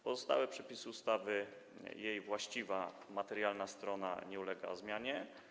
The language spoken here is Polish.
Pozostałe przepisy ustawy, jej właściwa, materialna strona, nie ulegają zmianie.